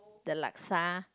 the laksa